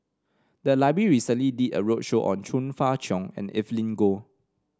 the library recently did a roadshow on Chong Fah Cheong and Evelyn Goh